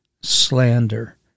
slander